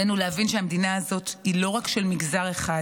עלינו להבין שהמדינה הזאת היא לא רק של מגזר אחד,